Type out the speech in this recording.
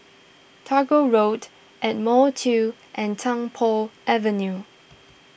Tagore Road Ardmore two and Tung Po Avenue